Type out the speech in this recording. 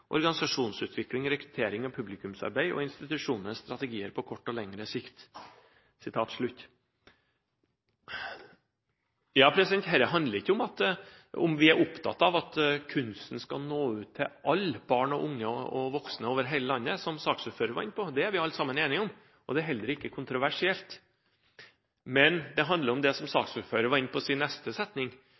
organisasjonsutvikling, rekruttering og publikumsarbeid og i institusjonenes strategier på kort og lengre sikt.» Ja, dette handler ikke om hvorvidt vi er opptatt av at kunsten skal nå ut til alle barn, unge og voksne over hele landet, som saksordføreren var inne på – det er vi alle sammen enige om, og det er heller ikke kontroversielt – men det handler om det som saksordføreren var inne på i sin neste setning,